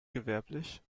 gewerblich